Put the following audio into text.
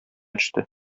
төште